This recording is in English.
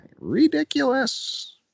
ridiculous